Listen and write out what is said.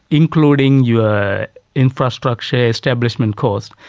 including your infrastructure establishment cost,